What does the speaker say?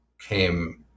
came